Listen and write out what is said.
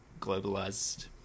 globalized